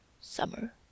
summer